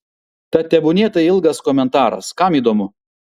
tad tebūnie tai ilgas komentaras kam įdomu